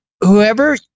whoever